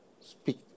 speak